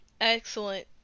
Excellent